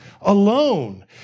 alone